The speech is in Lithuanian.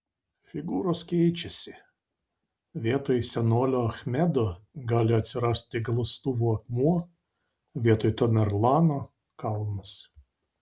figūros keičiasi vietoj senolio achmedo gali atsirasti galąstuvo akmuo vietoj tamerlano kalnas